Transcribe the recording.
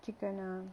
chicken ah